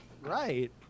right